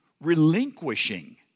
relinquishing